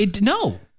No